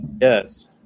yes